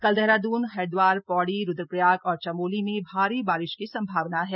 कल देहरादून हरिद्वार पौड़ी रुद्रप्रयाग और चमोली में भारी बारिश की संभावना है